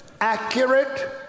accurate